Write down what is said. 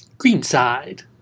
Greenside